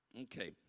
Okay